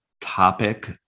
topic